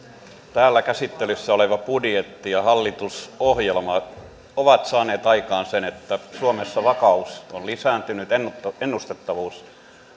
täällä käsittelyssä oleva budjetti ja hallitusohjelma ovat ovat saaneet aikaan sen että suomessa vakaus on lisääntynyt ennustettavuus